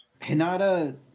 Hinata